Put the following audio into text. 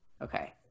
Okay